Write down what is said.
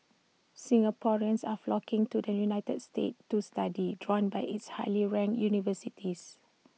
Singaporeans are flocking to the united states to study drawn by its highly ranked universities